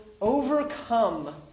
overcome